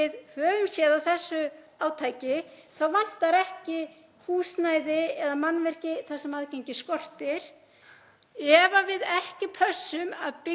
við höfum séð á þessu átaki vantar ekki húsnæði eða mannvirki þar sem aðgengi skortir. Ef við pössum ekki að byggja